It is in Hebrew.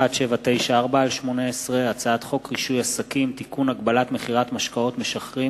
אי-חישוב סיוע של קרובי משפחה מדרגה ראשונה בתשלום משכנתה כהכנסה),